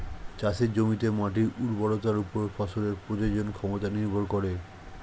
চাষের জমিতে মাটির উর্বরতার উপর ফসলের প্রজনন ক্ষমতা নির্ভর করে